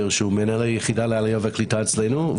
שהוא מנהל היחידה לעלייה וקליטה אצלנו.